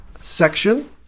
section